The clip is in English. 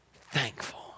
thankful